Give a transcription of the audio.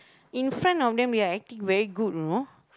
in front of them they are acting very good you know